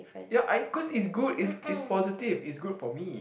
ya I cause is good is is positive is good for me